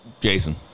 Jason